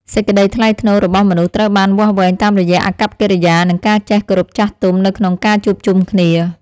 សេចក្ដីថ្លៃថ្នូររបស់មនុស្សត្រូវបានវាស់វែងតាមរយៈអាកប្បកិរិយា និងការចេះគោរពចាស់ទុំនៅក្នុងការជួបជុំគ្នា។